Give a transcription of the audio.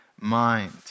mind